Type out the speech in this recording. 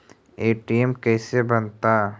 ATM कैसे बनता?